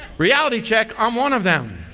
reality check. i'm one of them.